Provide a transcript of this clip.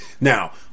now